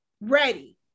ready